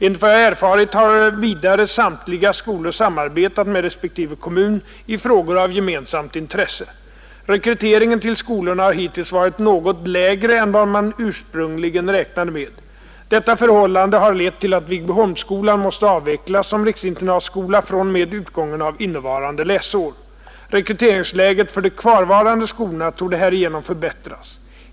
Enligt vad jag erfarit har vidare samtliga skolor samarbetat med respektive kommun i frågor av gemensamt intresse. Rekryteringen till skolorna har hittills varit något lägre än vad man ursprungligen räknade med. Detta förhållande har lett till att Viggbyholmsskolan måste avvecklas som riksinternatskola fr.o.m. utgången av innevarande läsår. Rekryteringsläget för de kvarvarande skolorna torde härigenom förbättras.